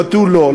ותו לא.